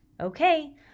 okay